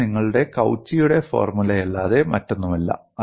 ഇത് നിങ്ങളുടെ കൌച്ചിയുടെ ഫോർമുലയല്ലാതെ മറ്റൊന്നുമല്ല